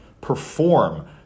perform